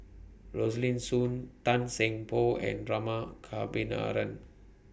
Rosaline Soon Tan Seng Poh and Rama Kannabiran